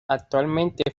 actualmente